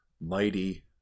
mighty